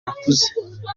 bakuze